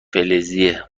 فلزیه